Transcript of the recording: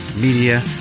media